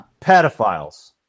Pedophiles